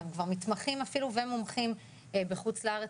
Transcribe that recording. והם כבר מתמחים אפילו והם מומחים בחוץ לארץ,